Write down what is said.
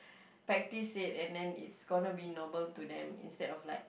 frankly said and then it's going to be normal to them instead of like